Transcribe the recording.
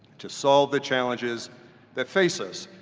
to solve the challenges that face us.